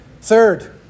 Third